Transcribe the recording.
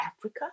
Africa